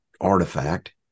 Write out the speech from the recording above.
artifact